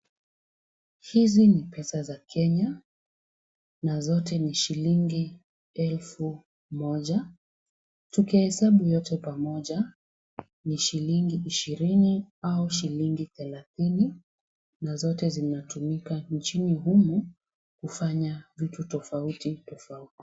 Hizi ni pesa za Kenya na zote ni shilingi elfu moja. Tukihesabu zote pamoja ni shilingi ishirini au shilingi thelathini na zote zinatumika nchini humu, kufanya vitu tofauti tofauti.